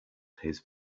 his